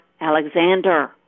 Alexander